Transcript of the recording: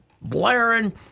blaring